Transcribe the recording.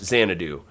Xanadu